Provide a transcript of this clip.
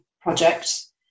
projects